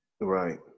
Right